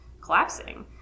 collapsing